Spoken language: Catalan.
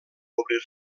obrir